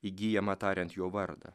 įgyjamą tariant jo vardą